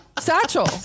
Satchel